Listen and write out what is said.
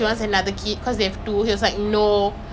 I want a baby right now but how